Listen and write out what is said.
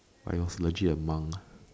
but it was legit a monk